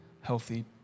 healthy